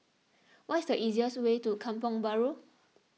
what is the easiest way to Kampong Bahru